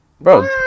bro